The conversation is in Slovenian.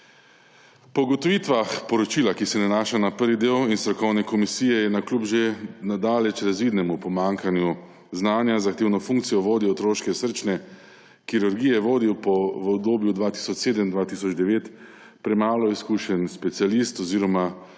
Po ugotovitvah poročila, ki se nanaša na prvi del in strokovne komisije, je navkljub že na daleč razvidnemu pomanjkanju znanja zahtevno funkcijo vodje otroške srčne kirurgije vodil po obdobju 2007−2009 premalo izkušen specialist oziroma